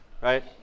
right